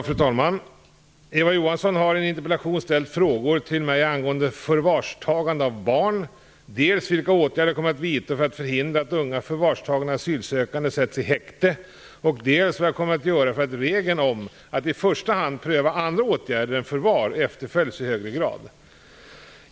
Fru talman! Eva Johansson har i en interpellation ställt frågor till mig angående förvarstagande av barn, dels vilka åtgärder jag kommer att vidta för att förhindra att unga förvarstagna asylsökande sätts i häkte, dels vad jag kommer att göra för att regeln om att i första hand pröva andra åtgärder än förvar efterföljs i högre grad.